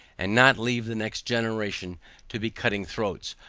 and not leave the next generation to be cutting throats,